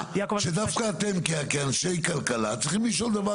דווקא אתם כאנשי כלכלה צריכים לשאול דבר